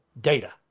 data